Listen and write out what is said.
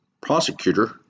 prosecutor